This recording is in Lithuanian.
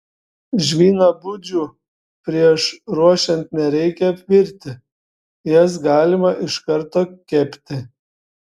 žvynabudžių prieš ruošiant nereikia apvirti jas galima iš karto kepti